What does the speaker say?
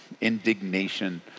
indignation